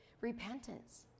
repentance